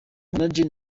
manager